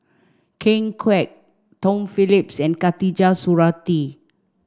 Ken Kwek Tom Phillips and Khatijah Surattee